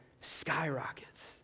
skyrockets